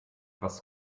was